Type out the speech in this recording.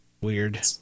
Weird